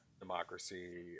democracy